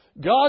God